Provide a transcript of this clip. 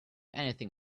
anything